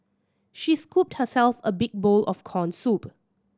she scooped herself a big bowl of corn soup